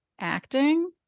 acting